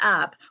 up